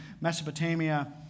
Mesopotamia